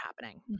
happening